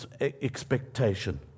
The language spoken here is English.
expectation